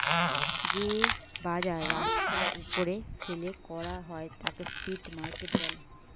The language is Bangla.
যে বাজার রাস্তার ওপরে ফেলে করা হয় তাকে স্ট্রিট মার্কেট বলে